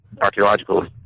archaeological